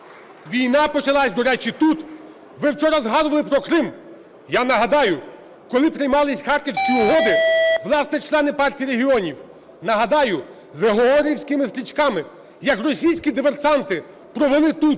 Війна почалася, до речі, тут. Ви вчора згадували про Крим. Я нагадаю: коли приймалися Харківські угоди, власне, члени Партії регіонів, нагадаю, з георгіївськими стрічками, як російські диверсанти, провели тут